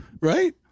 right